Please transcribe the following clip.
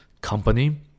company